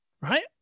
right